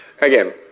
Again